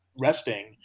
resting